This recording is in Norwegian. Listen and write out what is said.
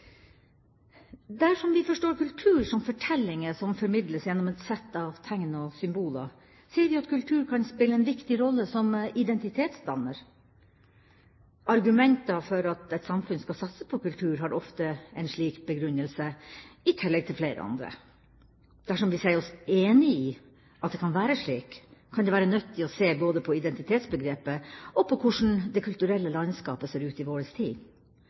Dersom vi forstår kultur som fortellinger som formidles gjennom et sett av tegn og symboler, ser vi at kultur kan spille en viktig rolle som identitetsdanner. Argumenter for at et samfunn skal satse på kultur, har ofte en slik begrunnelse – i tillegg til flere andre. Dersom vi sier oss enig i at det kan være slik, kan det være nyttig å se både på identitetsbegrepet og på hvordan det kulturelle landskapet ser ut i vår tid.